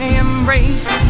embrace